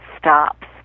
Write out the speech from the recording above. stops